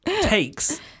takes